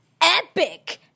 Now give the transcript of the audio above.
epic